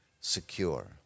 secure